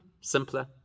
Simpler